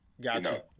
Gotcha